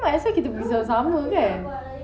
then might as well kita pergi sama-sama kan